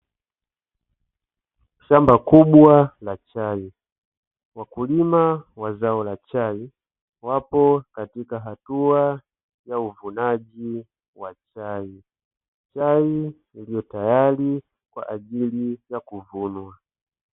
Shamba kubwa la chai, wakulima wa zao la chai wapo katika hatua ya uvunaji wa chai, chai iliyotayari kwa ajili ya kuvunwa.